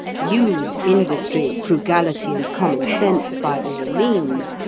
use industry, frugality, and common sense by all means,